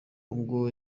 ubwo